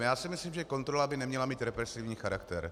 Já si myslím, že kontrola by neměla mít represivní charakter.